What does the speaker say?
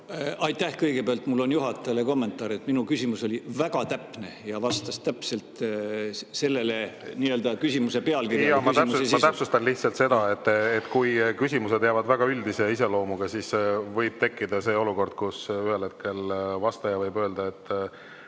Aitäh! Kõigepealt on mul juhatajale kommentaar. Minu küsimus oli väga täpne ja vastas täpselt sellele küsimuse teemale. Jah, ma täpsustan lihtsalt seda, et kui küsimused on väga üldise iseloomuga, siis võib tekkida olukord, kus ühel hetkel vastaja võib öelda, et